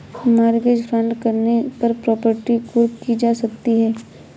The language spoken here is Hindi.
मॉर्गेज फ्रॉड करने पर प्रॉपर्टी कुर्क की जा सकती है